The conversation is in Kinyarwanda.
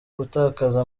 gutakaza